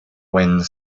wind